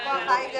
תבורכו.